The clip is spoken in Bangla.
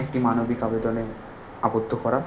একটি মানবিক আবেদনে আবদ্ধ করা